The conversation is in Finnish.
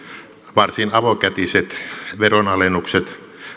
varsin avokätiset veronalennukset